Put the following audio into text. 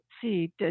see